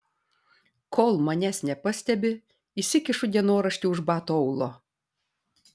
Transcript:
kol manęs nepastebi įsikišu dienoraštį už bato aulo